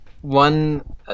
one